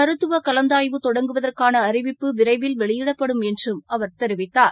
மருத்துவகலந்தாய்வு தொடங்குவதற்கானஅறிவிப்பு விரைவில் வெளியிடப்படும் என்றும் அவர் தெரிவித்தார்